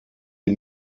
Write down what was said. sie